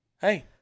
Hey